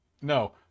No